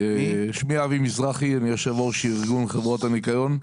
אני יושב ראש ארגון חברות הניקיון.